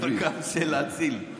ממשיך בקו של להציל.